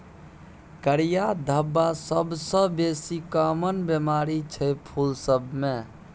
करिया धब्बा सबसँ बेसी काँमन बेमारी छै फुल सब मे